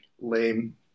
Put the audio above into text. lame